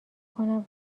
کنم